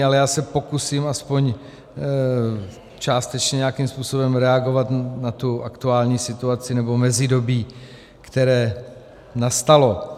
Ale já se pokusím aspoň částečně nějakým způsobem reagovat na tu aktuální situaci, nebo mezidobí, které nastalo.